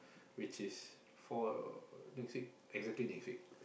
which is for next week exactly next week